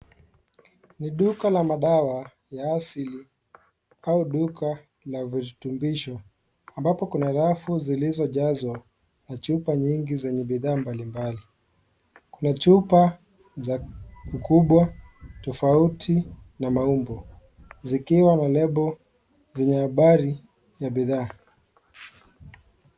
Ni duka la madawa ya asili au duka ya virutubisho, ambapo kuna rafu zilizojazwa na chupa nyingi zenye bidhaa mbali mbali. Kuna chupa za ukubwa tofauti na maumbo zikiwa na lebo yenye habari za bidhaa.